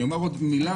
אני אומר עוד מילה,